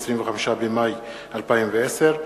25 במאי 2010,